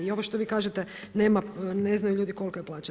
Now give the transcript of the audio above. I ovo što vi kažete, ne znaju ljudi kolika je plaća.